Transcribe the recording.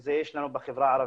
זה יש לנו בחברה הערבית,